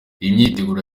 imyiteguro